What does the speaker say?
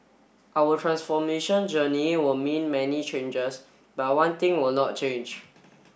our transformation journey will mean many changes but one thing will not change